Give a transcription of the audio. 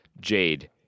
Jade